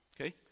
okay